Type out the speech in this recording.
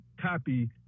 copy